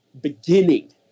beginning